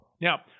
Now